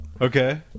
Okay